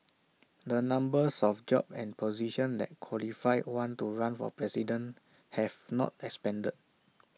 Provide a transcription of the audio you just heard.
the numbers of jobs and positions that qualify one to run for president have not expanded